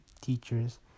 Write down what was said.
teachers